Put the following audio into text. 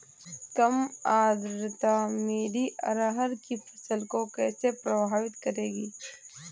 कम आर्द्रता मेरी अरहर की फसल को कैसे प्रभावित करेगी?